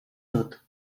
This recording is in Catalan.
tot